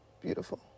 beautiful